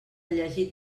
llegir